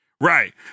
right